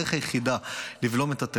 והדרך היחידה לבלום את הדבר הזה,